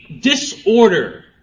disorder